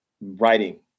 writing